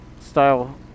style